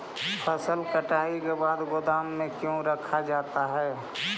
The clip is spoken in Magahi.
फसल कटाई के बाद गोदाम में क्यों रखा जाता है?